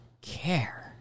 care